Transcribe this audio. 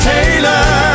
Taylor